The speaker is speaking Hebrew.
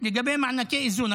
לגבי מענקי איזון.